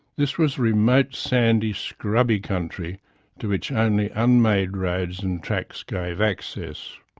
this was remote sandy scrubby country to which only unmade roads and tracks gave access.